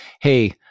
hey